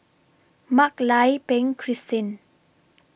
Mak Lai Peng Christine